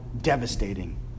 devastating